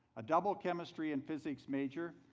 a double chemistry and physics major,